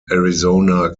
arizona